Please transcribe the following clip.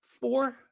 four